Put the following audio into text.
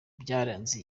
byaranze